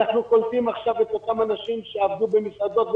אנחנו קולטים עכשיו את אותם אנשים שעבדו במסעדות,